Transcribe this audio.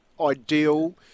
ideal